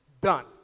done